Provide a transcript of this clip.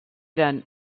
eren